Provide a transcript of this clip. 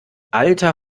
alter